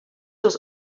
was